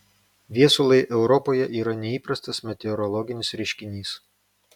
viesulai europoje yra neįprastas meteorologinis reiškinys